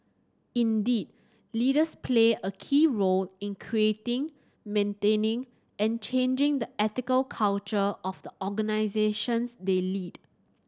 indeed leaders play a key role in creating maintaining and changing the ethical culture of the organisations they lead